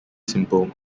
simple